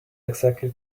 exactly